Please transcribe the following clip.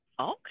Okay